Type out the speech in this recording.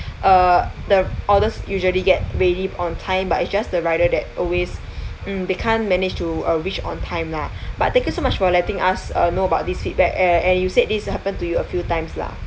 uh the orders usually get ready on time but it's just the rider that always mm they can't manage to uh reach on time lah but thank you so much for letting us uh know about this feedback and you said this had happened to you a few times lah